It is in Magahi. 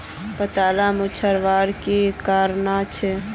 पत्ताला मुरझ्वार की कारण छे?